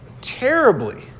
terribly